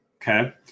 Okay